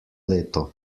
leto